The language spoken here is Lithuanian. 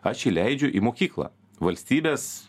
aš įleidžiu į mokyklą valstybės